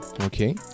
Okay